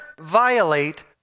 violate